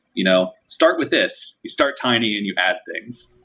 you know start with this. you start tiny and you add things.